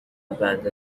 بعد